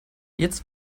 jetzt